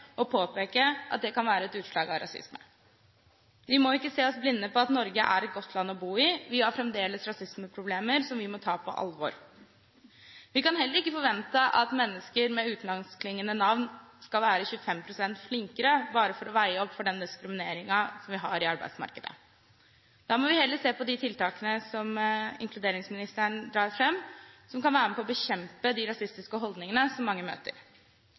at det kan være et utslag av rasisme. Vi må ikke se oss blinde på at Norge er et godt land å bo i – vi har fremdeles rasismeproblemer som vi må ta på alvor. Vi kan heller ikke forvente at mennesker med utenlandskklingende navn skal være 25 pst. flinkere, bare for å veie opp for diskrimineringen i arbeidsmarkedet. Da må vi heller se på de tiltakene som inkluderingsministeren drar fram, som kan være med på å bekjempe de rasistiske holdningene som mange møter.